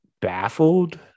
baffled